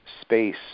space